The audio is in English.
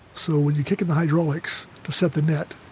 so when you kick on the hydraulics to set the net,